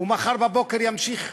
מחר בבוקר ימשיך.